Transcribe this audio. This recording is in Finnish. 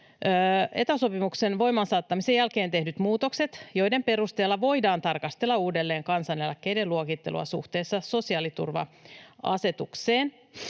Eta-sopimuksen voimaan saattamisen jälkeen tehdyt muutokset, joiden perusteella voidaan tarkastella uudelleen kansaneläkkeiden luokittelua suhteessa sosiaaliturva-asetukseen.